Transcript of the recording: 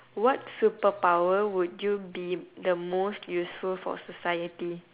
what superpower would you be the most useful for society